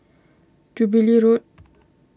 Jubilee Road